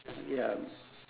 ya